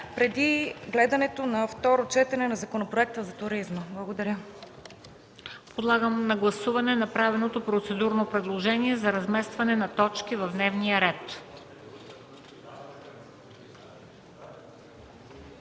преди гледането на второто четене на Законопроекта за туризма. Благодаря.